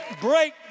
Break